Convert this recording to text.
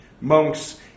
monks